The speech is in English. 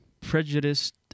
prejudiced